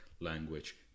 language